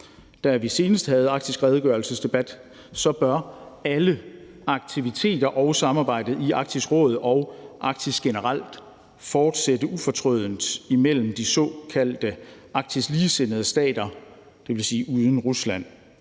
havde en debat om en arktisk redegørelse, bør alle aktiviteter og samarbejdet i Arktisk Råd og Arktis generelt fortsætte ufortrødent imellem de såkaldte arktiske ligesindede stater, dvs. uden Rusland.